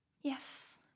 yes